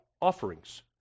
offerings